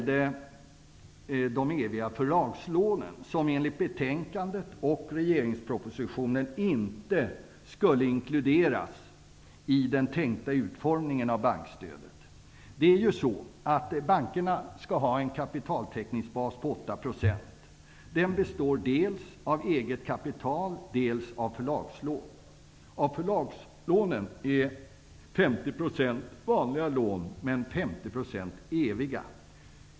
De eviga förlagslånen skulle enligt betänkandet och regeringspropositionen inte inkluderas i den tänkta utformningen av bankstödet. Bankerna skall ju ha en kapitaltäckningsbas på 8 %. Denna består dels av eget kapital, dels av förlagslån. Av förlagslånen är 50 % vanliga lån, medan 50 % eviga.